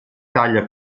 taglia